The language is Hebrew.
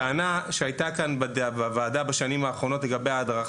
טענה שהייתה כאן בוועדה בשנים האחרונות לגבי ההדרכה,